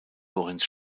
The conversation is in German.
lorenz